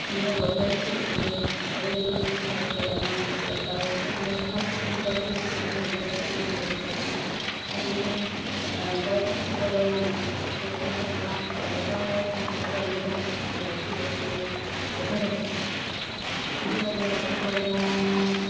ઇન્ડીયં વપરાય છે એને અવેલેબલ હોય છે એટલે એ બનાવામાં સરળતા રે છે અને ખાસ તો ગુજરાતી છું એટલે ગુજરાતી ફૂડ મને વધારે પસંદ છે ને ટીવી નાઈન કલર્સના સુપર જે રસોઈ શો બનાવામાં બતાવામાં આવે છે એમાં મોટાભાગે ગુજરાતને લગતી વસ્તુઓ વધારે છે એક બે વાર મેં રસોઈ શો બનાવાના